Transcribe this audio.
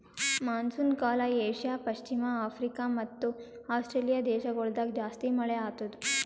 monsoon ಕಾಲ Asia, ಪಶ್ಚಿಮ Africa ಮತ್ತ ಆಸ್ಟ್ರೇಲಿಯಾ ದೇಶಗೊಳ್ದಾಗ್ ಜಾಸ್ತಿ ಮಳೆ ಆತ್ತುದ್